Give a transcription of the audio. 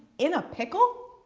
in a pickle.